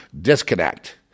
disconnect